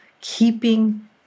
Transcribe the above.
keeping